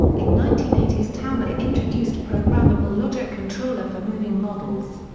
in nineteen eighty s tamiya introduced programmable logic controller for moving models.